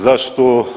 Zašto?